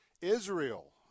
Israel